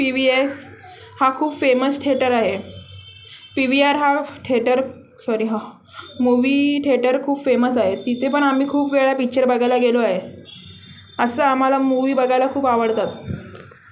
P V S हा खूप famous theatre आहे पी वी आर हा थेटर सॉरी ह मूवी थेटर खूप फेमस आहे तिथे पण आम्ही खूप वेळा पिक्चर बघायला गेलो आहे असं आम्हाला मूवी बघायला खूप आवडतात